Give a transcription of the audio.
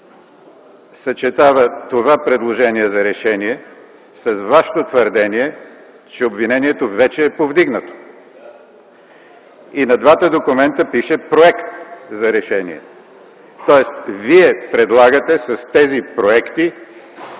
съчетава това предложение за решение с вашето твърдение, че обвинението вече е повдигнато? И на двата документа пише „Проект за решение”. Тоест вие предлагате с тези проекти